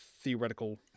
theoretical